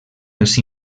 els